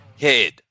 head